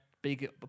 big